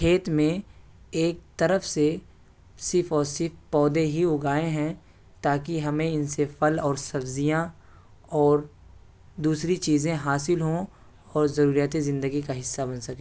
کھیت میں ایک طرف سے صرف اور صرف پودے ہی اگائے ہیں تاکہ ہمیں ان سے پھل اور سبزیاں اور دوسری چیزیں حاصل ہوں اور ضروریات زندگی کا حصہ بن سکیں